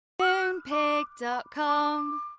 Moonpig.com